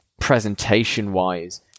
presentation-wise